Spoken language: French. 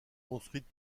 construite